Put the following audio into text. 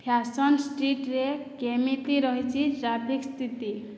fashion ଷ୍ଟ୍ରୀଟ୍ରେ କେମିତି ରହିଛି ଟ୍ରାଫିକ୍ ସ୍ଥିତି